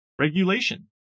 regulation